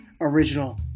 original